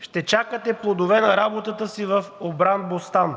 ще чакате плодове на работата си в обран бостан.